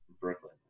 Brooklyn